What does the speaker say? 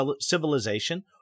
civilization